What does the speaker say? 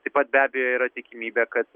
taip pat be abejo yra tikimybė kad